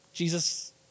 Jesus